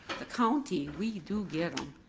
the county, we do give them,